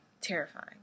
terrifying